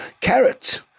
carrot